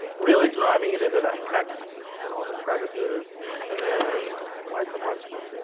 really driving it into that text and all the crevices and then wipe a bunch of it and